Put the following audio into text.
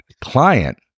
client